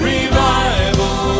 Revival